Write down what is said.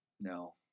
No